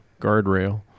guardrail